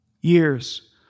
Years